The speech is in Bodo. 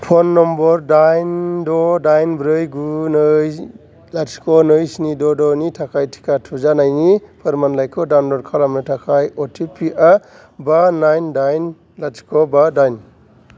फन नम्बर दाइन द दाइन ब्रै गु नै लाथिख' नै स्नि द द नि थाखाय टिका थुजानायनि फोरमानलाइखौ डाउनलड खालामनो थाखाय अटिपि आ बा नाइन दाइन लाथिख' बा दाइन